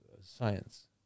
science